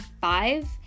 five